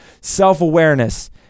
Self-awareness